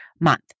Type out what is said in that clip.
month